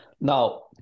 Now